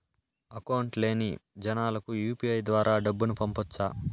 Account లేని జనాలకు UPI ద్వారా డబ్బును పంపొచ్చా?